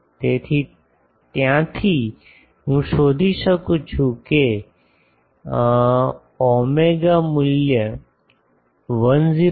તેથી ત્યાંથી હું શોધી શકું છું કે ψ મૂલ્ય 106